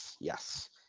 yes